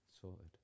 Sorted